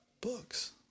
books